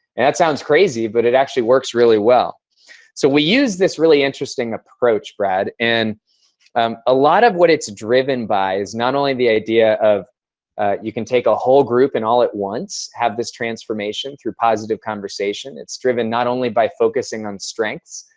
and that sounds crazy, but it actually works really well. so we use this really interesting approach, brad, and um a lot of what it's driven by is not only the idea of you can take a whole group and all at once have this transformation through positive conversation, it's driven not only by focusing on strengths,